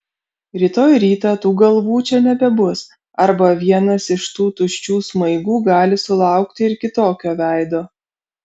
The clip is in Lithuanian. rytoj rytą tų galvų čia nebebus arba vienas iš tų tuščių smaigų gali sulaukti ir kitokio veido